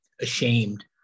ashamed